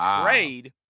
trade